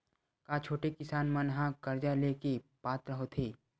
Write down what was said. का छोटे किसान मन हा कर्जा ले के पात्र होथे?